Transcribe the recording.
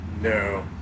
no